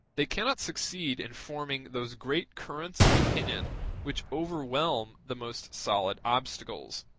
they cannot succeed in forming those great currents of opinion which overwhelm the most solid obstacles.